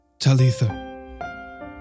Talitha